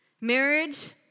Marriage